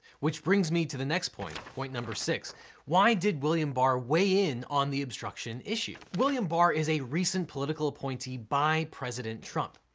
which brings me to the next point, point number six why did william barr weigh in on the obstruction issue? william barr is a recent political appointee by president trump.